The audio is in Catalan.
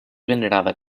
venerada